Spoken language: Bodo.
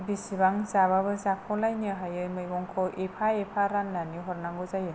बिसिबां जाबाबो जाख'लायनो हायि मैगंखौ एफा एफा राननानै हरनांगौ जायो